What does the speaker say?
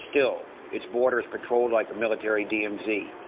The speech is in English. still its border is patrolled like a military dmz.